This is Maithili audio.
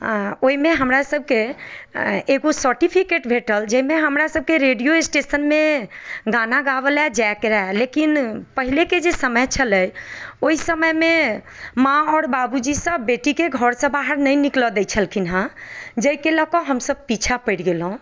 ओहिमे हमरा सभके एकगो सर्टिफिकेट भेटल जाहिमे हमरा सभके रेडियो स्टेशनमे गाना गावै लए जाइके रहै लेकिन पहिलेके जे समय छलै ओहि समयमे माँ आओर बाबूजी सभ बेटीके घरसँ बाहर नहि निकलै दै छलखिन हेँ जाहिके लअ कऽ हम सभ पीछा पड़ि गेलहुँ